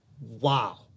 wow